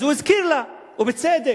אז הוא הזכיר לה, ובצדק,